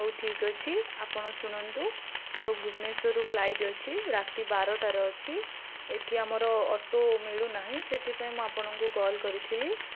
ହଉ ଠିକ୍ ଅଛି ଆପଣ ଶୁଣନ୍ତୁ ମୋର ଭୁବନେଶ୍ୱରରୁ ଫ୍ଲାଇଟ୍ ଅଛି ରାତି ବାରଟାରେ ଅଛି ଏଠି ଆମର ଅଟୋ ମିଳୁନାହିଁ ସେଥିପାଇଁ ମୁଁ ଆପଣଙ୍କୁ କଲ୍ କରିଥିଲି